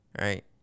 Right